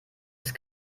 ist